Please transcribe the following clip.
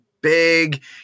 big